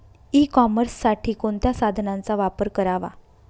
E कॉमर्ससाठी कोणत्या साधनांचा वापर करावा?